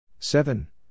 Seven